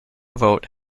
vote